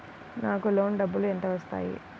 నాకు లోన్ డబ్బులు ఎంత వస్తాయి?